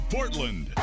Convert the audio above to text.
Portland